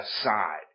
aside